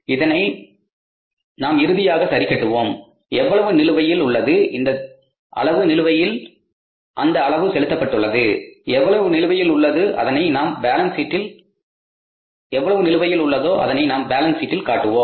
இதனை நாம் இறுதியாக சரி கட்டுவோம் எவ்வளவு நிலுவையில் உள்ளது இந்த அளவு நிலுவையில் அந்த அளவு செலுத்தப்பட்டுள்ளது எவ்வளவு நிலுவையில் உள்ளது அதனை நாம் பேலன்ஸ் சீட்டில் காட்டுவோம்